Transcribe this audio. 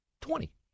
Twenty